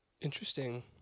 Interesting